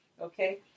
Okay